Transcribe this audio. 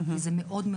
וזה מאוד,